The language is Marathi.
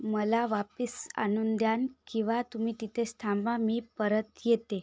मला वापस आणून द्या किंवा तुम्ही तिथेच थांबा मी परत येते